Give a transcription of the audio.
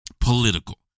political